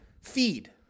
feed